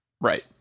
Right